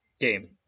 game